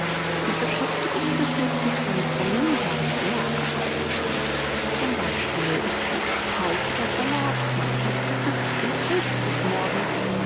die beschäftigungen des mädchens beim brunnen waren sehr abwechselnd zum beispiel es wusch kraut oder salat manchmal sogar gesicht und hals des morgens